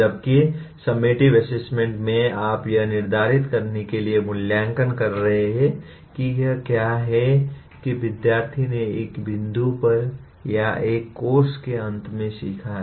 जबकि summative assessment में आप यह निर्धारित करने के लिए मूल्यांकन कर रहे हैं कि यह क्या है कि विद्यार्थी ने एक बिंदु पर या एक कोर्स के अंत में सीखा है